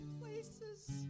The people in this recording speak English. places